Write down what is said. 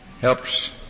helps